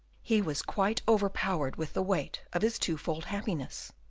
he was quite overpowered with the weight of his twofold happiness.